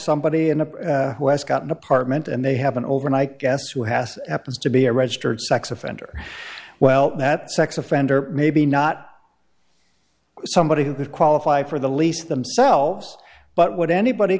somebody in a who has got an apartment and they have an overnight guess who has happens to be a registered sex offender well that sex offender maybe not somebody who could qualify for the lease themselves but would anybody